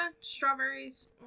strawberries